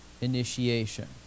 initiation